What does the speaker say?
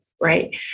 right